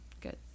Good